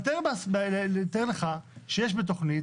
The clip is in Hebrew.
תאר לך שיש בתוכנית